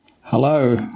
Hello